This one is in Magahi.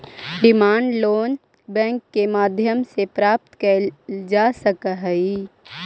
डिमांड लोन बैंक के माध्यम से प्राप्त कैल जा सकऽ हइ